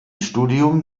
studium